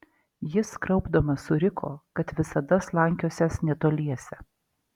jis kraupdamas suriko kad visada slankiosiąs netoliese